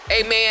Amen